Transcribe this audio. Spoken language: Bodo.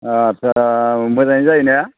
आच्चा मोजाङै जायो ना